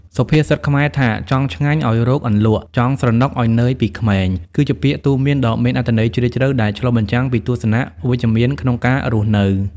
សុភាសិតខ្មែរថា "ចង់ឆ្ងាញ់ ឲ្យរកអន្លក់ / ចង់ស្រណុកឲ្យនឿយពីក្មេង" គឺជាពាក្យទូន្មានដ៏មានអត្ថន័យជ្រាលជ្រៅដែលឆ្លុះបញ្ចាំងពីទស្សនៈវិជ្ជមានក្នុងការរស់នៅ។